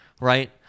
right